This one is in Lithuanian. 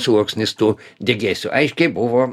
sluoksnis tų degėsių aiškiai buvo